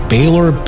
Baylor